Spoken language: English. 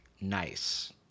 nice